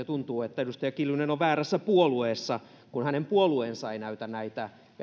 tuntuu että edustaja kiljunen on väärässä puolueessa kun hänen puolueensa ei näytä näitä